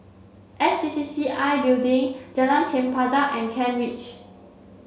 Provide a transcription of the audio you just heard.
S C C C I Building Jalan Chempedak and Kent Ridge